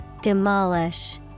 Demolish